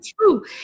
true